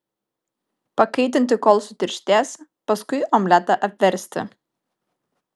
pakaitinti kol sutirštės paskui omletą apversti